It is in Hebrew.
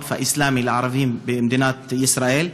הווקף האסלאמי לערבים במדינת ישראל,